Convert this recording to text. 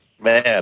man